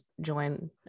join